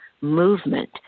movement